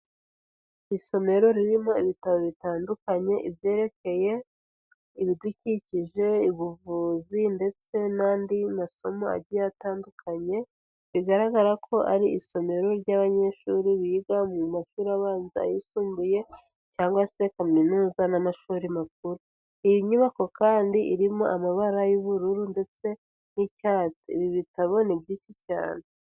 Isomero ririmo ibitabo bitandukanye, ibyerekeye ibidukikije, ubuvuzi ndetse n'andi masomo agiye atandukanye, bigaragara ko ari isomero ry'abanyeshuri biga mu mashuri abanza, ayisumbuye, cyangwa se kaminuza n'amashuri makuru. Iyi nyubako kandi irimo amabara y'ubururu ndetse n'icyatsi, ibi bitabo ni byinshi cyane.